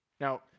Now